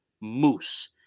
Moose